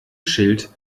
schild